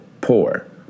poor